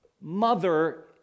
mother